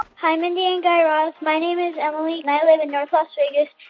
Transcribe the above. hi, mindy and guy raz. my name is emily, and i live in north las vegas,